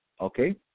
okay